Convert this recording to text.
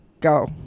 go